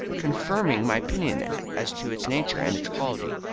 confirming my opinion as to its nature and its quality.